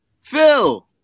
Phil